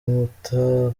inkuta